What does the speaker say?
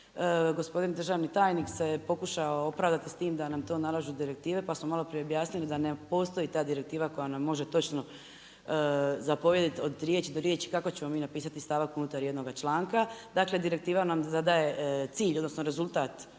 Gospodin državni tajnik se pokušao opravdati s time da nam to nalažu direktive pa smo malo prije objasnili da ne postoji ta direktiva koja nam može točno zapovjediti od riječi do riječi kako ćemo mi napisati stavak unutar jednoga članka. Dakle direktiva nam zadaje cilj, odnosno rezultat